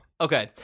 Okay